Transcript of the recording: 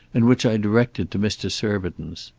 and which i directed to mr. surbiton's.